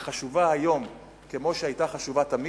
היא חשובה היום כמו שהיתה חשובה תמיד.